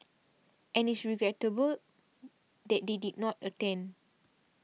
and it's regrettable that they did not attend